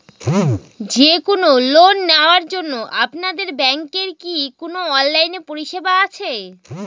যে কোন লোন নেওয়ার জন্য আপনাদের ব্যাঙ্কের কি কোন অনলাইনে পরিষেবা আছে?